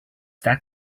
that